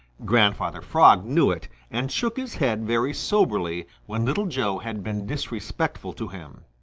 grandfather frog knew it and shook his head very soberly when little joe had been disrespectful to him.